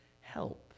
help